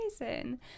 amazing